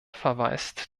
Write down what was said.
verweist